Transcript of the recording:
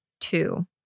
two